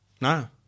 No